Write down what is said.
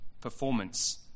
Performance